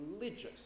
religious